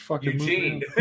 Eugene